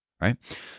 right